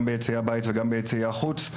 גם ביציעי הבית וגם ביציעי החוץ,